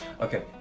Okay